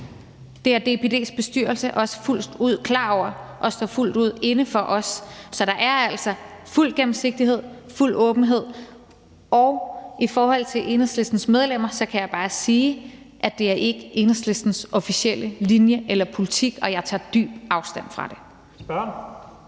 Det er DIPD's bestyrelse også fuldt ud klar over og står fuldt ud inde for. Så der er altså fuld gennemsigtighed og fuld åbenhed. I forhold til Enhedslistens medlemmer kan jeg bare sige, at det ikke er Enhedslistens officielle linje eller politik, og at jeg tager dyb afstand fra det. Kl.